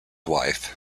wife